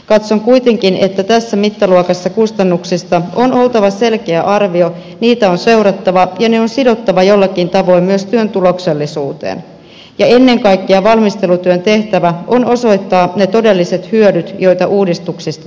katson kuitenkin että tässä mittaluokassa kustannuksista on oltava selkeä arvio niitä on seurattava ja ne on sidottava jollakin tavoin myös työn tuloksellisuuteen ja ennen kaikkea valmistelutyön tehtävä on osoittaa ne todelliset hyödyt joita uudistuksista syntyisi